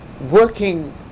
working